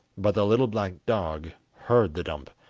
but the little black dog heard the dump,